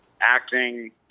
acting